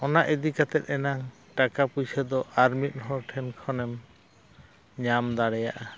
ᱚᱱᱟ ᱤᱫᱤ ᱠᱟᱛᱮ ᱮᱱᱟᱝ ᱴᱟᱠᱟ ᱯᱩᱭᱥᱟᱹ ᱫᱚ ᱟᱨ ᱢᱤᱫ ᱦᱚᱲ ᱴᱷᱮᱱ ᱠᱷᱚᱱᱮᱢ ᱧᱟᱢ ᱫᱟᱲᱮᱭᱟᱜᱼᱟ